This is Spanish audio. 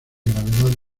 gravedad